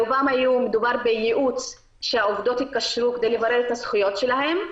ברובן מדובר בבקשה לייעוץ שהעובדות התקשרו כדי לברר את הזכויות שלהן.